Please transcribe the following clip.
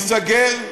ייסגר,